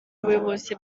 ubuyobozi